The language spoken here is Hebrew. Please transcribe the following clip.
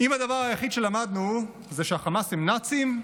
אם הדבר היחיד שלמדנו הוא שהחמאס הם נאצים,